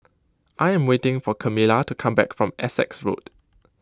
I am waiting for Camila to come back from Essex Road